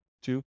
Two